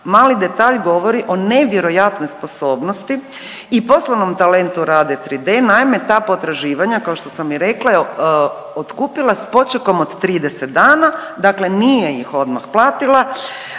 mali detalj govori o nevjerojatnoj sposobnosti i poslovnom Rade 3D, naime ta potraživanja kao što sam i rekla je otkupila s počekom od 30 dana, dakle nije ih odmah platila